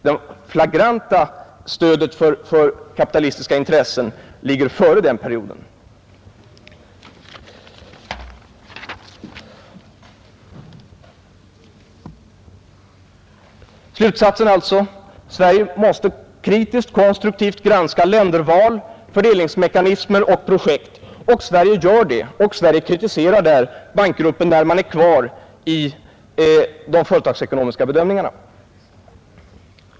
Det flagranta stödet till kapitalistiska intressen ligger före den perioden. Slutsatsen blir att Sverige kritiskt måste granska länderval, fördelningsmekanismer och projekt. Sverige gör det, och Sverige kritiserar där bankgruppen, vilken har kvar sina företagsekonomiska bedömningar.